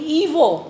evil